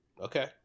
Okay